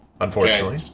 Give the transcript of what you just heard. Unfortunately